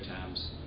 times